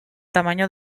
tamaño